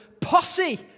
posse